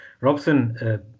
Robson